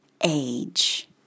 age